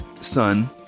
son